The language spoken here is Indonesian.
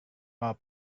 mau